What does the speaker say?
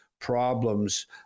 problems